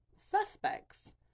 suspects